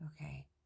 Okay